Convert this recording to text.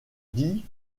dit